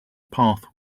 path